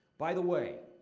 by the way,